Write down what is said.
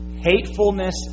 hatefulness